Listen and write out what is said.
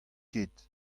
ket